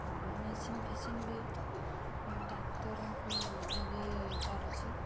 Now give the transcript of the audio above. machine ଫେସିନ୍ ବି ଡାକ୍ତରଙ୍କୁ ଯୋଗାଇ ପାରୁଛି